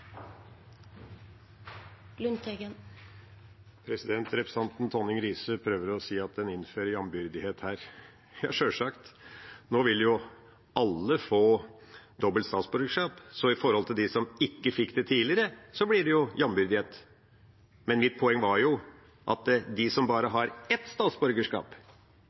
Representanten Tonning Riise prøver å si at en innfører jambyrdighet her. Ja, sjølsagt. Nå vil jo alle få dobbelt statsborgerskap, så i forhold til dem som ikke fikk det tidligere, blir det jo jambyrdighet. Men mitt poeng var at de som har bare ett statsborgerskap, og som har plikter og rettigheter i ett